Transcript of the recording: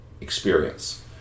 experience